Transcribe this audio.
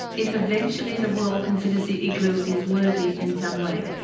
if eventually the world considers the igloo is worthy in some way,